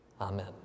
Amen